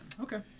Okay